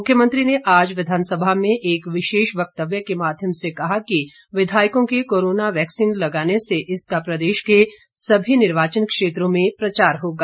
मुख्यमंत्री ने आज विधानसभा में एक विशेष वक्तव्य के माध्यम से कहा कि विधायकों के कोरोना वैक्सीन लगाने से इसका प्रदेश के सभी निर्वाचन क्षेत्रों में प्रचार होगा